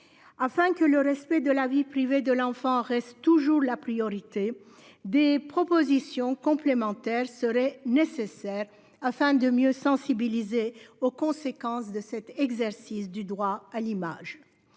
eux-mêmes. Le respect de la vie privée de l'enfant devant toujours rester notre priorité, des propositions complémentaires seraient nécessaires afin de mieux sensibiliser aux conséquences de cet exercice du droit à l'image.